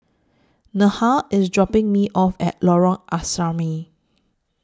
Neha IS dropping Me off At Lorong Asrama